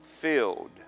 filled